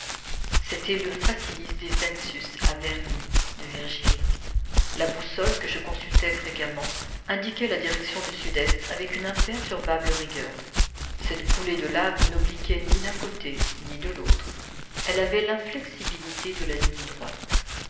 c'était le facilis descensus averni de virgile la boussole que je consultais fréquemment indiquait la direction du sud-est avec une imperturbable rigueur cette coulée de lave n'obliquait ni d'un côté ni de l'autre elle avait l'inflexibilité de la ligne droite